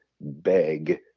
beg